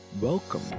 Welcome